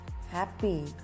happy